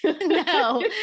No